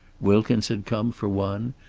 wilkins had come, for one,